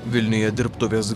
vilniuje dirbtuvės